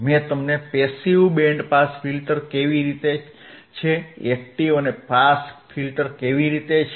મેં તમને passive band pass filter કેવી રીતે છે એકટીવ અને પાસ ફિલ્ટર કેવી રીતે છે